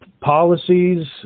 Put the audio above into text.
policies